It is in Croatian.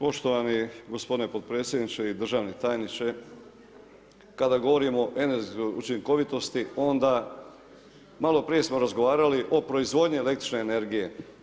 Poštovani gospodine podpredsjedniče i državni tajniče, kada govorimo o energetskoj učinkovitosti onda, malo prije smo razgovarali o proizvodnji električne energije.